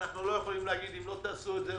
ואנחנו לא יכולים לומר: אם לא תעשו את זה,